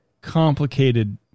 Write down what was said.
complicated